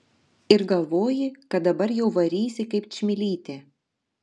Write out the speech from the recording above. ir galvoji kad dabar jau varysi kaip čmilytė